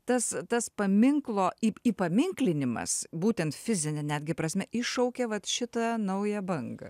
tas tas paminklo į įpaminklinamas būtent fizine netgi prasme iššaukė vat šitą naują bangą